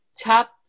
top